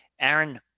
Aaron